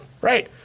right